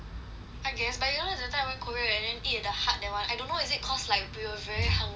I guess but you know that time I went korea and then eat at the hut that [one] I don't know is it cause like we were very hungry or what